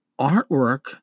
artwork